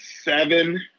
seven